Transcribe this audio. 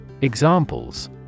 Examples